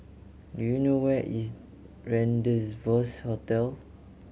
do you know where is Rendezvous Hotel